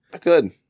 Good